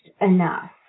enough